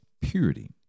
purity